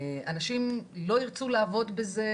אנשים לא ירצו לעבוד בזה,